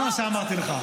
לא זה מה שאמרתי לך.